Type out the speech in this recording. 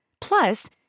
Plus